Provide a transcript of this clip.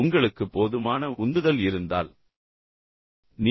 உங்களுக்கு போதுமான உந்துதல் இருந்தால் நீங்கள் ஏன் விஷயங்களை ஒத்திவைக்கிறீர்கள்